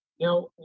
now